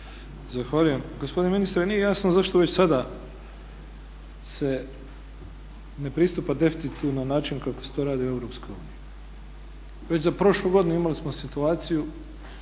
Zahvaljujem. Gospodine ministre, nije jasno zašto već sada se ne pristupa deficitu na način kako se to radi u EU. Već za prošlu godinu imali smo situaciju